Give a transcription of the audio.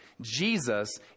Jesus